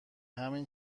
همین